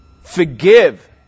forgive